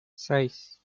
seis